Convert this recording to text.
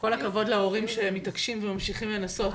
כל הכבוד להורים שמתעקשים וממשיכים לנסות.